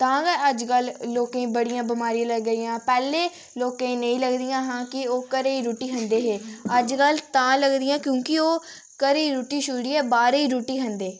तां गै अज्जकल लोकें गी बड़ियां बमारियां लगा दियां पैह्लें लोकें गी नेईं लगदियां हां कि ओह् घरै दी रुट्टी खंदे हे अज्जकल तां लगदियां क्योंकि ओह् घरै दी रुट्टी छुड़ियै बाह्रै दी रुट्टी खंदे